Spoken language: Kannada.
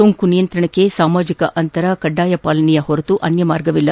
ಸೋಂಕು ನಿಯಂತ್ರಣಕ್ಕೆ ಸಾಮಾಜಿಕ ಅಂತರ ಕಡ್ಡಾಯ ಪಾಲನೆಯ ಹೊರತು ಅನ್ಯ ಮಾರ್ಗವಿಲ್ಲ